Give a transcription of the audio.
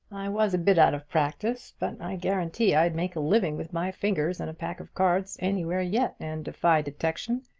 i was a bit out of practice, but i guarantee i'd make a living with my fingers and a pack of cards anywhere yet and defy detection.